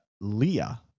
Leah